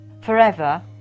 forever